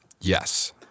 Yes